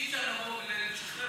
אי-אפשר לבוא ולשחרר,